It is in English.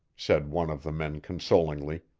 said one of the men consolingly,